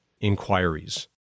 inquiries